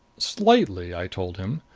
slightly, i told him.